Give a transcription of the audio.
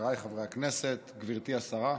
חבריי חברי הכנסת, גברתי השרה,